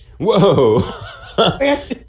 Whoa